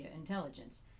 intelligence